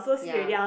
ya